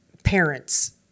parents